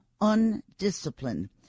undisciplined